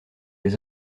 des